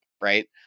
right